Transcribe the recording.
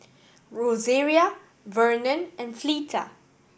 Rosaria Vernon and Fleeta